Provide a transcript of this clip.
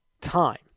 time